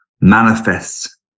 manifests